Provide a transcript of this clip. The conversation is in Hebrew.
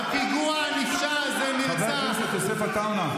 בפיגוע הנפשע הזה נרצח, חבר הכנסת יוסף עטאונה.